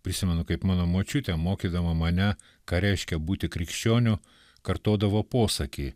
prisimenu kaip mano močiutė mokydama mane ką reiškia būti krikščioniu kartodavo posakį